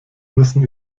müssen